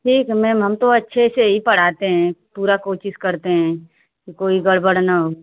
ठीक है मैम हम तो अच्छे से ही पढ़ाते हैं पूरा कोशिश करते हैं कि कोई गड़बड़ न हो